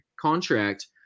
contract